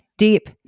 Deep